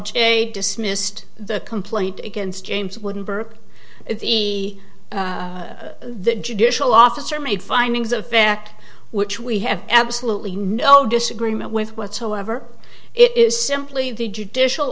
j dismissed the complaint against james wouldn't work if the judicial officer made findings of fact which we have absolutely no disagreement with whatsoever it is simply the judicial